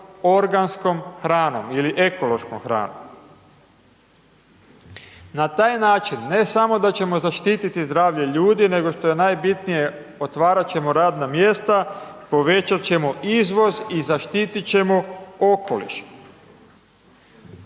organskom hranom ili ekološkom hranom. Na taj način, ne samo da ćemo zaštiti zdravlje ljudi, nego što je najbitnije, otvarati ćemo radna mjesta, povećati ćemo izvoz i zaštiti ćemo okoliš.